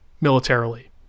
militarily